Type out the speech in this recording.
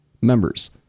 members